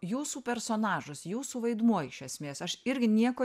jūsų personažas jūsų vaidmuo iš esmės aš irgi nieko